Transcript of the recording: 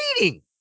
reading